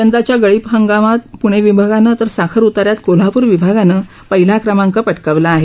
यंदाच्या गळीत हंगामात प्णे विभागानं तर साखर उताऱ्यात कोल्हापूर विभागानं पहिला क्रमांक पटकावला आहे